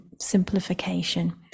simplification